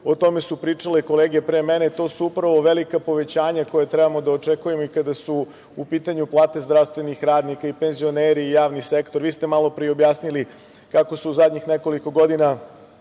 o tome su pričale i kolege pre mene, to su upravo velika povećanja koja trebamo da očekujemo i kada su u pitanju plate zdravstvenih radnika i penzioneri i javni sektor. Vi ste malo pre i objasnili kako su u zadnjih nekoliko godina